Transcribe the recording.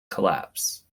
collapse